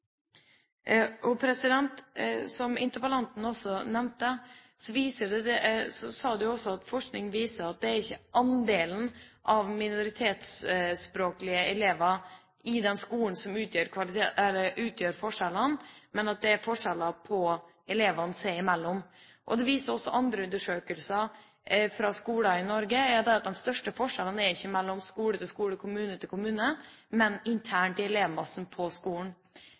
Som interpellanten også nevnte, viser forskning at det ikke er andelen av minoritetsspråklige elever i skolen som utgjør forskjellene, men at det er forskjeller elevene imellom. Det viser også andre undersøkelser fra skoler i Norge, at de største forskjellene ikke er mellom skolene, mellom kommunene, men internt i elevmassen på skolen.